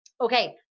Okay